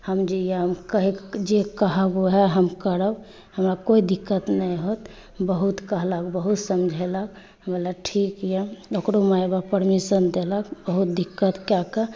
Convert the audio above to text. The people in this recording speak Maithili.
हम जे अइ कहैके जे कहब वएह हम करब हमरा कोइ दिक्कत नहि होएत बहुत कहलक बहुत समझेलक बोललक ठीक अइ ओकरो माइ बाप परमिशन देलक बहुत दिक्कत कऽ कऽ